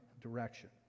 direction